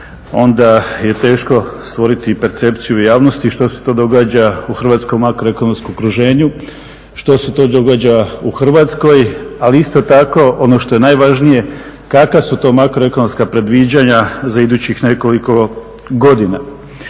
onda je teško stvoriti percepciju u javnosti što se to događa u hrvatskom makroekonomskom okruženju, što se to događa u Hrvatskoj. Ali isto tako ono što je najvažnije kakva su to makroekonomska predviđanja za idućih nekoliko godina.